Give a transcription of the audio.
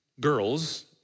girls